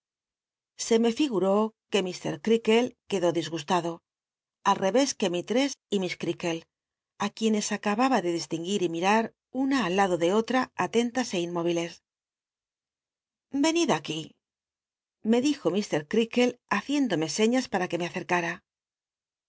se me figuró que llr creakle quctló disgustado al re és que mistress y miss cteakle i quienes acababa de distinguir y miam una al lado de olta atentas é inmóyilcs venid aqni me dijo ir creakle haciéndome ciias pata c ue me acer'cara